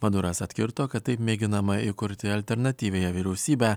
maduras atkirto kad taip mėginama įkurti alternatyviąją vyriausybę